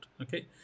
okay